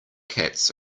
cats